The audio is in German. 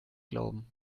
glauben